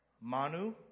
Manu